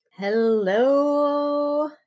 Hello